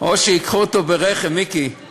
אני רוצה להירשם,